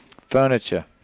Furniture